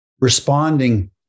responding